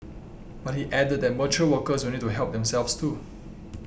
but he added that mature workers will need to help themselves too